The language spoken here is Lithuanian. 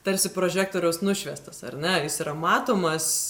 tarsi prožektoriaus nušviestas ar ne jis yra matomas